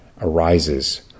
arises